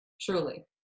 truly